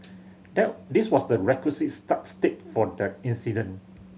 this was the requisite start state for the incident